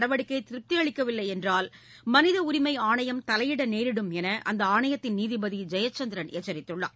நடவடிக்கைதிருப்திஅளிக்கவில்லையென்றால் மனிதஉரிமைஆணையம் தலையிடநேரிடும் எனஅந்தஆணையத்தின் நீதிபதிஜெயச்சந்திரன் எச்சரித்துள்ளார்